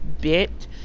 bit